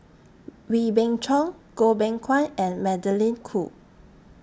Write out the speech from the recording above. Wee Beng Chong Goh Beng Kwan and Magdalene Khoo